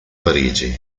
parigi